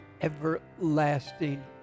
everlasting